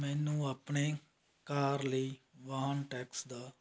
ਮੈਨੂੰ ਆਪਣੇ ਕਾਰ ਲਈ ਵਾਹਨ ਟੈਕਸ ਦਾ